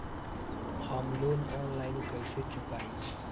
हम loan online कइसे चुकाई?